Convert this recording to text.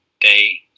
day